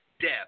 death